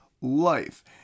life